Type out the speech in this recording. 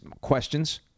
questions